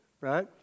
right